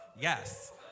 Yes